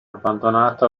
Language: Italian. abbandonata